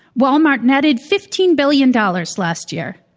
walmart netted fifteen billion dollars last year.